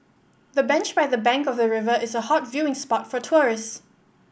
the bench by the bank of the river is a hot viewing spot for tourist